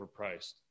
overpriced